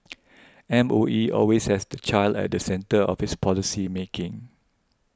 M O E always has the child at the centre of its policy making